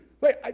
Wait